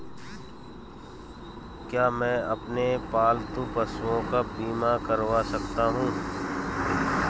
क्या मैं अपने पालतू पशुओं का बीमा करवा सकता हूं?